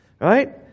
Right